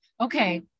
okay